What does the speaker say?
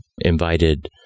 invited